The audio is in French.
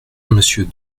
monsieur